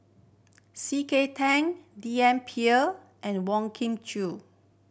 C K Tang D N and Wong Kah Chun